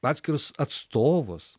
atskirus atstovus